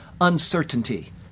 uncertainty